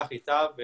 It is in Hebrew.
אם אפשר,